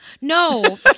No